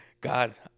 God